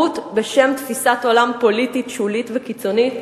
תרבות בשם תפיסת עולם פוליטית שולית וקיצונית?